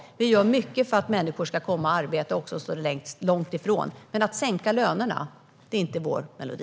Vi gör mycket för att också de människor som står långt ifrån arbetsmarknaden ska komma i arbete. Men att sänka lönerna är inte vår melodi.